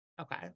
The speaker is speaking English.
okay